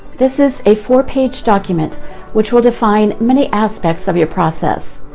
this is a four-page document which will define many aspects of your process.